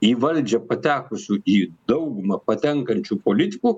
į valdžią patekusių į daugumą patenkančių politikų